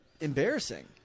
embarrassing